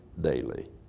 Daily